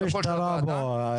אין משטרה פה,